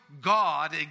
God